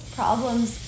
problems